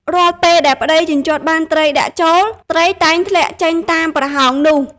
រាល់ពេលដែលប្តីជញ្ជាត់បានត្រីដាក់ចូល ត្រីតែងធ្លាក់ចេញតាមប្រហោងនោះ។